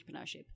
entrepreneurship